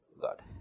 God